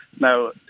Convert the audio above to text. Now